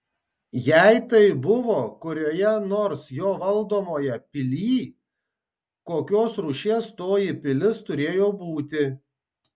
jei tai buvo kurioje nors jo valdomoje pilyj kokios rūšies toji pilis turėjo būti